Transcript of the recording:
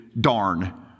darn